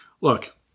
Look